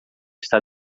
está